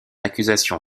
accusation